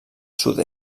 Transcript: sud